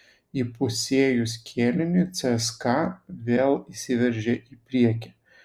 įpusėjus kėliniui cska vėl išsiveržė į priekį